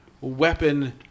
weapon